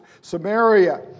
Samaria